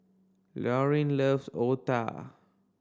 Lauryn loves Otah